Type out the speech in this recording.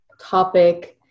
topic